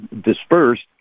dispersed